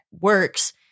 works